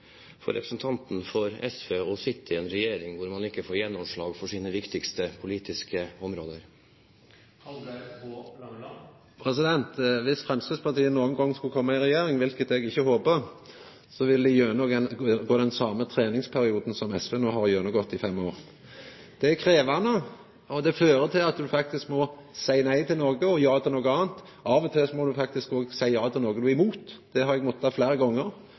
for representanten for SV å sitte i en regjering hvor man ikke får gjennomslag for sine viktigste politiske områder? Viss Framstegspartiet nokon gong skulle koma i regjering, noko eg ikkje håper, vil dei gjennomgå den same treningsperioden som SV no har gjennomgått i fem år. Det er krevjande, og det fører til at ein faktisk må seia nei til noko og ja til noko anna. Av og til må du òg faktisk seia ja til noko du er imot. Det har eg måtta fleire gonger.